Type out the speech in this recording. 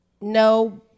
No